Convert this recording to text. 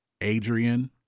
Adrian